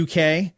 UK